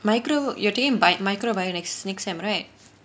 micro~ you're taking bi~ microbionics next semester right